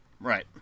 Right